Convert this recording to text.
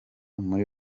muri